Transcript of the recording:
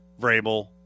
Vrabel